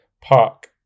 Park